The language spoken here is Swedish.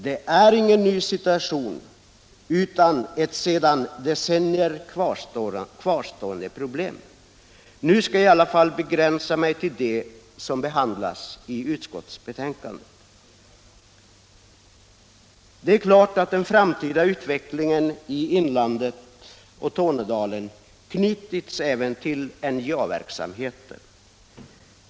Det är ingen ny situation utan ett sedan decennier kvarstående problem. Nu skall jag i alla fall begränsa mig till det som behandlas i utskottets betänkande. Det är klart att den framtida utvecklingen i inlandet och Tornedalen knutits även till NJA-verksamheten.